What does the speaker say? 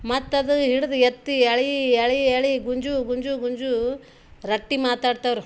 ಮತ್ತು ಅದು ಹಿಡ್ದು ಎತ್ತಿ ಎಳಿ ಎಳಿ ಎಳಿ ಗುಂಜು ಗುಂಜು ಗುಂಜು ರಟ್ಟಿ ಮಾತಾಡ್ತಾವ್ರಿ